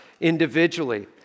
individually